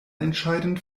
entscheidend